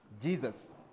Jesus